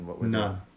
No